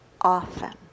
often